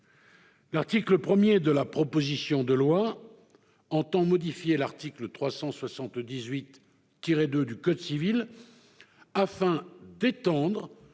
L'article 1 de la proposition de loi tend à modifier l'article 378-2 du code civil afin d'étendre